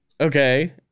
Okay